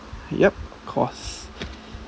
yup of course